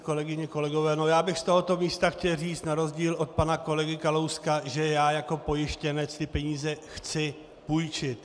Kolegyně, kolegové, já bych z tohoto místa chtěl říct na rozdíl od pana kolegy Kalouska, že já jako pojištěnec tyto peníze chci půjčit.